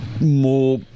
more